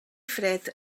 fred